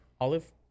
olive